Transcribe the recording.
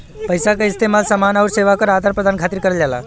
पइसा क इस्तेमाल समान आउर सेवा क आदान प्रदान खातिर करल जाला